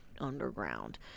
underground